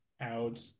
out